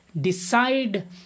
decide